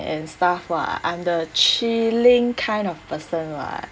and stuff lah I'm the chilling kind of person lah